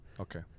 okay